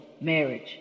marriage